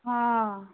हां